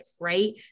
right